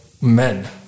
men